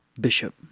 Bishop